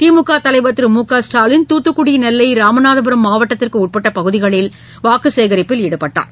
திமுகதலைவர் திரு மு க ஸ்டாலின் தூத்துக்குடி நெல்லை ராமநாதபுரம் மாவட்டத்திற்குஉட்பட்டபகுதிகளில் வாக்குச் சேகரிப்பில் ஈடுபட்டார்